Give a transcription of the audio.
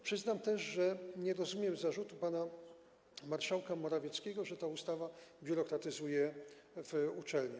Przyznam też, że nie rozumiem zarzutu pana marszałka Morawieckiego, że ta ustawa biurokratyzuje uczelnie.